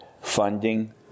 funding